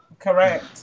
Correct